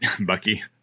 Bucky